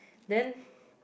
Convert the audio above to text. then